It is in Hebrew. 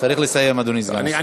צריך לסיים, אדוני סגן השר.